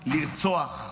לרצוח.